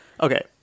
Okay